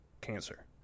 cancer